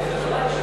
מי בעד?